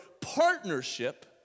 partnership